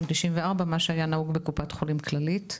1994 לפי מה שהיה נהוג בקופת חולים כללית,